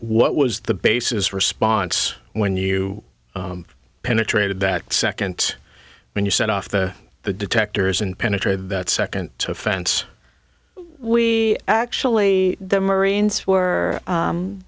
what was the basis response when you penetrated that second when you set off the the detectors and penetrated that second to fence we actually the marines were